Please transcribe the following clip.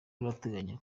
urateganya